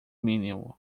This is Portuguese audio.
mínimo